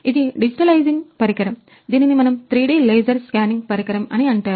ఇది digitizing laser scanning పరికరము అని అంటాను